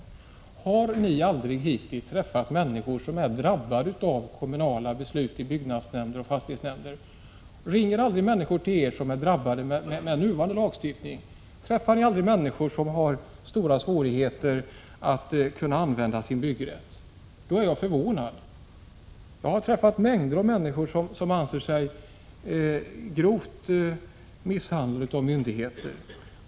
Har ni hittills aldrig träffat människor som är drabbade av kommunala beslut i byggnadsnämnder och fastighetsnämnder? Blir ni aldrig uppringda av människor som drabbats av nu gällande lagstiftning? Träffar ni aldrig 39 människor som har stora svårigheter att använda sin byggrätt? I så fall är jag förvånad. Jag har träffat mängder av människor som anser sig grovt misshandlade av myndigheter.